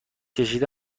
کشیدن